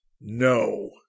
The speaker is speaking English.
No